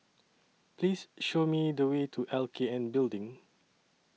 Please Show Me The Way to L K N Building